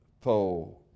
foe